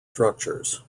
structures